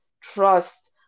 Trust